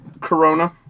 corona